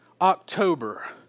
October